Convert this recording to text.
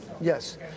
Yes